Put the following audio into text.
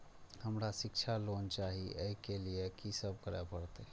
हमरा शिक्षा लोन चाही ऐ के लिए की सब करे परतै?